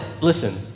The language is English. listen